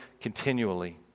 continually